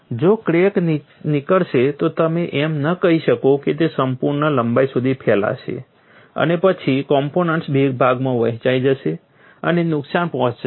જો ક્રેક નીકળશે તો તમે એમ ન કહી શકો કે તે તેની સંપૂર્ણ લંબાઈ સુધી ફેલાશે અને પછી કોમ્પોનન્ટ બે ભાગમાં વહેંચાઈ જશે અને નુકસાન પહોંચાડશે